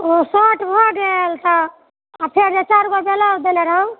ओ shirt भए गेल तऽआ फेर जे चारिगो ब्लाउज देने रहुँ